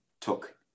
took